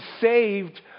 saved